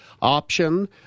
option